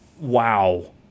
wow